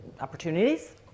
opportunities